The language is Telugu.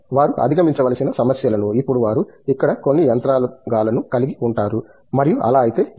వారు అధిగమించవలసిన సమస్యలను ఇప్పుడు వారు ఇక్కడ కొన్ని యంత్రాంగాలను కలిగి ఉంటారు మరియు అలా అయితే ఏమి